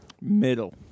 Middle